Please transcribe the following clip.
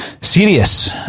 serious